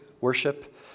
worship